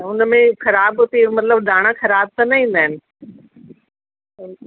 त हुनमें ख़राब बि मतिलब दाणा ख़राब त न ईंदा आहिनि